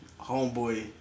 homeboy